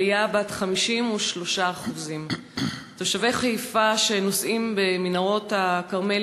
עלייה בת 53%. תושבי חיפה שנוסעים במנהרות הכרמל